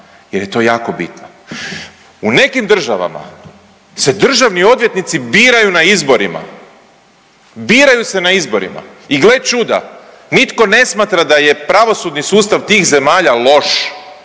jer je to jako bitno. U nekim državama se državni odvjetnici biraju na izborima, biraju se na izborima i gle čuda nitko ne smatra da je pravosudni sustav tih zemljama loš,